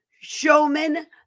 Showmen